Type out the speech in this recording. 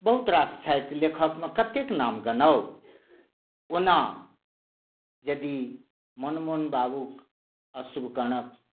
बहुत रास छथि लेखकमे कतेक नाम गनाओऽ ओना यदि मनमोहन बाबूक अश्रुकणक